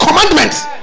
commandments